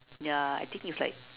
ya I think it's like